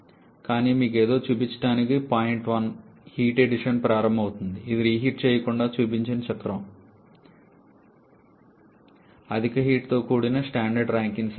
కానీ మీకు ఏదో చూపించడానికి పాయింట్ 1 హీట్ అడిషన్ ప్రారంభం అవుతోంది ఇది రీహీట్ చేయకుండా చూపిన చక్రం అధిక హీట్తో కూడిన స్టాండర్డ్ ర్యాంకైన్ సైకిల్